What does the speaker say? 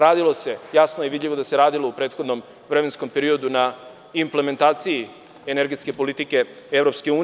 Radilo se, jasno i vidljivo da se radilo u prethodnom vremenskom periodu na implementaciji energetske politike EU.